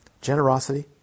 Generosity